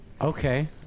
okay